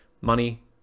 money